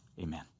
Amen